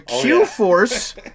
Q-Force